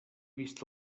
vist